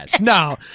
No